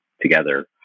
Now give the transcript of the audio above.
together